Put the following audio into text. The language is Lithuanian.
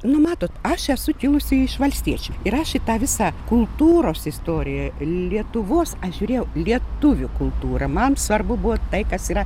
nu matot aš esu kilusi iš valstiečių ir aš į tą visą kultūros istoriją lietuvos aš žiūrėjau lietuvių kultūra man svarbu buvo tai kas yra